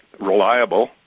reliable